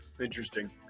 Interesting